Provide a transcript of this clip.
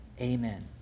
Amen